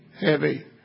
heavy